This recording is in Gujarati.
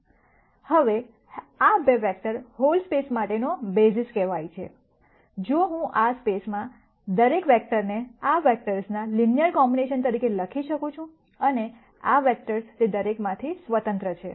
હવે આ 2 વેક્ટર હોલ સ્પેસ માટેનો બેસીસ કહેવાય છે જો હું સ્પેસમાં દરેક વેક્ટરને આ વેક્ટર્સના લિનયર કોમ્બિનેશન તરીકે લખી શકું છું અને આ વેક્ટર્સ તે દરેકમાંથી સ્વતંત્ર છે